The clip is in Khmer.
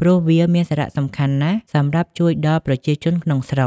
ព្រោះវាមានសារៈសំខាន់ណាស់សម្រាប់ជួយដល់ប្រជាជនក្នុងស្រុក។